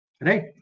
right